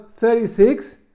36